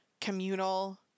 communal